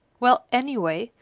well, anyway,